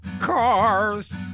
Cars